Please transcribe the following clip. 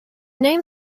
name